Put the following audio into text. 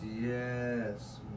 yes